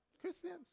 Christians